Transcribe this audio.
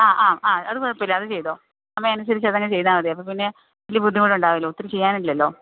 ആ ആ ആ അത് കുഴപ്പമില്ല അത് ചെയ്തോ നമ്മള് അതനുസരിച്ചിട്ടങ്ങ് ചെയ്താല് മതി അപ്പോള് പിന്നെ വലിയ ബുദ്ധിമുട്ടുണ്ടാകില്ല ഒത്തിരി ചെയ്യാനില്ലല്ലോ